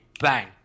bang